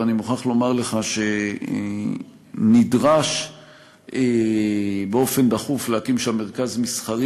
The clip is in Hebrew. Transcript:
ואני מוכרח לומר לך שנדרש באופן דחוף להקים שם מרכז מסחרי